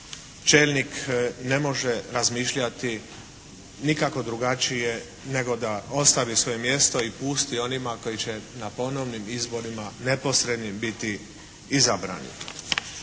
čelnik ne može razmišljati nikako drugačije, nego da ostavi svoje mjesto i pusti onima koji će na ponovnim izborima neposrednim biti izabrani.